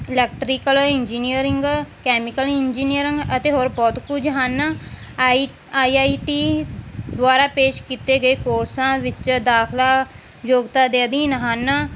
electrical engineering chemical engineering ਅਤੇ ਹੋਰ ਬਹੁਤ ਕੁਝ ਹਨ ਆਈ ਆਈ ਆਈ ਟੀ ਦੁਆਰਾ ਪੇਸ਼ ਕੀਤੇ ਗਏ ਕੋਰਸਾਂ ਵਿੱਚ ਦਾਖਲਾ ਯੋਗਤਾ ਦੇ ਅਧੀਨ ਹਨ